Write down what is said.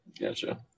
Gotcha